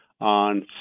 on